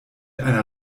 einer